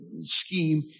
scheme